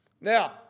Now